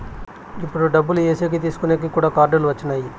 ఇప్పుడు డబ్బులు ఏసేకి తీసుకునేకి కూడా కార్డులు వచ్చినాయి